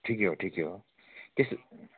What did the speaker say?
ठिकै हो ठिकै हो त्यसो